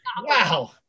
Wow